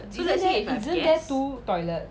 isn't there isn't there two toilets